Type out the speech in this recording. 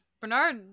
Bernard